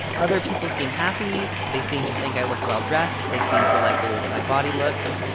other people seem happy. they seem to think i look well-dressed. they seem to like the way that my body looks.